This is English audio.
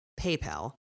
PayPal